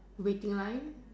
waiting line